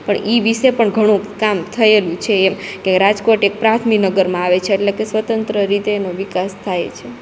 પણ ઈ વિસે પણ ઘણું કામ થએલું છે એમ કે રાજકોટ એક પ્રાંતની નગરમાં આવે છે એટલે કે સ્વતંત્ર રીતે એનો વિકાસ થાય છે